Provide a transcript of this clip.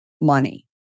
money